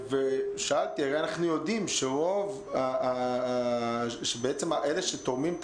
שאלתי: הרי אנחנו יודעים שאלה שתורמים את